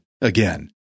again